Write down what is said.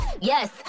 Yes